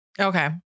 Okay